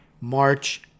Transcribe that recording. March